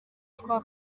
twa